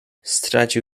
stracił